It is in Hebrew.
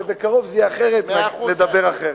כשבקרוב זה יהיה אחרת, נדבר אחרת.